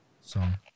song